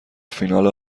فینال